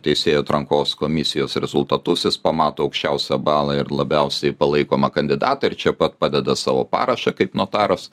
teisėjų atrankos komisijos rezultatus jis pamato aukščiausią balą ir labiausiai palaikomą kandidatą ir čia pat padeda savo parašą kaip notaras